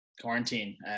quarantine